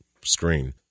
screen